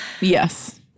Yes